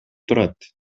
турат